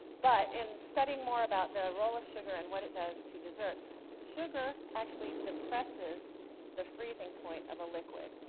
but in studying more about the role of sugar and what it does to desserts, sugar actually depresses the freezing point of a liquid.